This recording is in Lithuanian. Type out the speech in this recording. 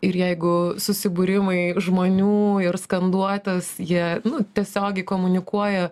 ir jeigu susibūrimai žmonių ir skanduotės jie nu tiesiogiai komunikuoja